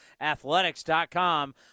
athletics.com